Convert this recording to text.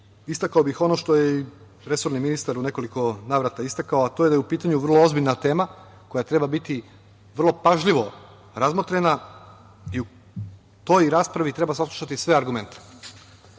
istakao bih ono što je i resorni ministar u nekoliko navrata istakao, a to je da je u pitanju vrlo ozbiljna tema koja treba biti vrlo pažljivo razmotrena i u toj raspravi treba saslušati sve argumente. Isto